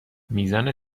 میزان